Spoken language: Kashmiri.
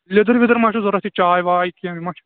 لیٚدٕر ویٚدٕر ما چھِ ضروٗرت یہِ چاے واے کیٚنٛہہ ما چھُ